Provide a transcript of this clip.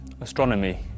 astronomy